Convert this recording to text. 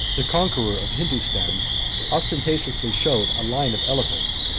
the conqueror of hindostan ostentatiously showed a line of elephants,